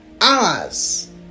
hours